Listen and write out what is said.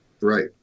Right